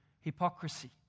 hypocrisy